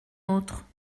autre